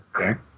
Okay